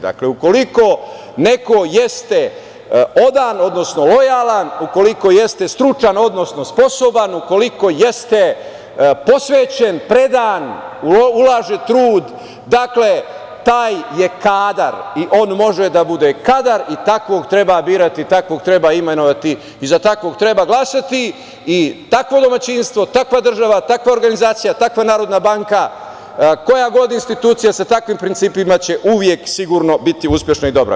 Dakle, ukoliko neko jeste odan, odnosno lojalan, ukoliko jeste stručan, odnosno sposoban, ukoliko jeste posvećen, predan, ulaže trud, dakle, taj je kadar i on može da bude kadar i takvog treba birati, takvog treba imenovati i za takvog treba glasati i takvo domaćinstvo, takva država, takva organizacija, takva Narodna banka, koja god institucija sa takvim principima će uvek sigurno biti uspešna i dobra.